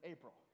April